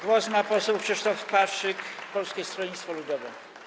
Głos ma poseł Krzysztof Paszyk, Polskie Stronnictwo Ludowe.